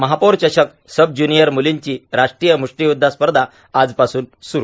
महापौर चषक सबज्यूनिअर मुलींची राष्ट्रीय मुष्टीयुध्दा स्पर्धा आजपासून सुरू